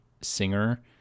singer